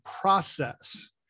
process